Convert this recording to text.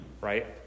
right